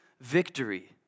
victory